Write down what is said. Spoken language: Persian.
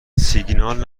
سیگنال